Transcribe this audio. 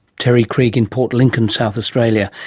terry krieg in port lincoln, south australia.